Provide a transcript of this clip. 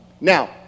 now